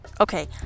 Okay